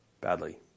badly